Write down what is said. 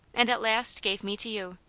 and at last gave me to you.